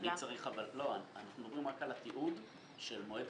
אני רוצה לחדד דווקא את הנקודה שהועלתה